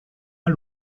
mal